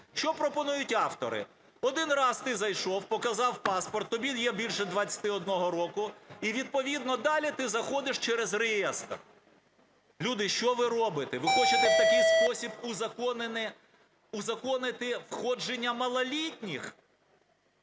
Що пропонують автори: один раз ти зайшов, показав паспорт, тобі є більше 21 року, і відповідно далі ти заходиш через реєстр. Люди, що ви робите? Ви хочете в такий спосіб узаконене… узаконити входження малолітніх?